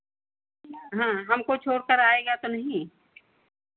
हाँ हमको छोड़कर आएगा तो नहीं